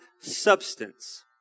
substance